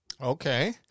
Okay